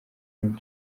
queen